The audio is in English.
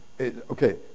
Okay